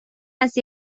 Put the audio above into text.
است